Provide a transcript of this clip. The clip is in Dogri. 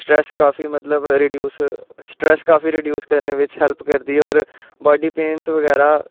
स्ट्रैस काफी मतलब रडिऊज स्ट्रैस काफी रडिऊज करने बिच्च हैल्प करदी ऐ होर बाडी पेन्स बगैरा